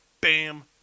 Bam